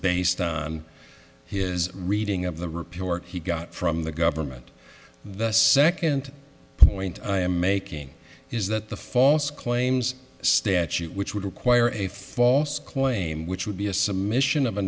based on his reading of the repair work he got from the government the second point i am making is that the false claims statute which would require a false claim which would be a submission of a